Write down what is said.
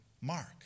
Mark